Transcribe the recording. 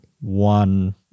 one